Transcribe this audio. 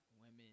women